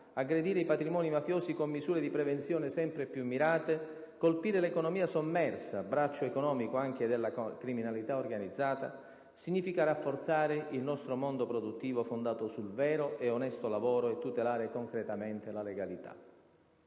aggredire i patrimoni mafiosi con misure di prevenzione sempre più mirate, colpire l'economia sommersa, braccio economico anche della criminalità organizzata, significa rafforzare il nostro mondo produttivo fondato sul vero e onesto lavoro e tutelare concretamente la legalità.